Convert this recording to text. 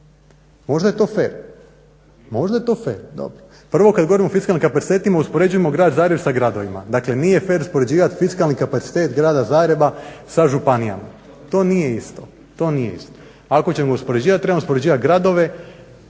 možda je to fer. Prvo kad govorimo o fiskalnim kapacitetima uspoređujemo Grad Zagreb sa gradovima, dakle nije fer uspoređivati fiskalni kapacitet Grada Zagreba sa županijama. To nije isto. Ako ćemo uspoređivat trebamo uspoređivat gradove